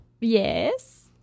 Yes